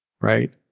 right